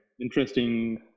interesting